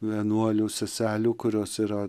vienuolių seselių kurios yra